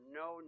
no